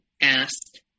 asked